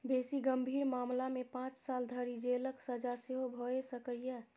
बेसी गंभीर मामला मे पांच साल धरि जेलक सजा सेहो भए सकैए